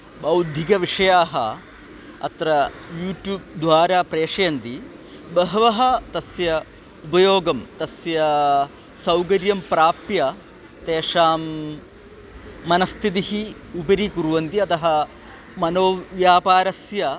बौद्धिकविषयाः अत्र यूट्यूब्द्वारा प्रेषयन्ति बहवः तस्य उपयोगं तस्य सौकर्यं प्राप्य तेषां मनस्थितिम् उपरि कुर्वन्ति अतः मनोव्यापारस्य